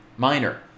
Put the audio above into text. minor